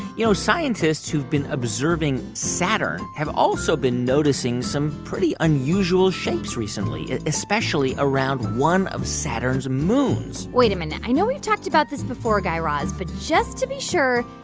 you know, scientists who've been observing saturn have also been noticing some pretty unusual shapes recently, especially around one of saturn's moons wait a minute. i know we've talked about this before, guy raz. but just to be sure,